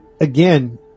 again